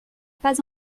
pas